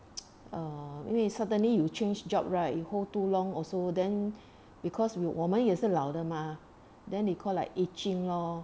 err 因为 suddenly you change job right you hold too long also then because we 我们也是老的吗 then they call like itching lor